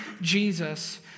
Jesus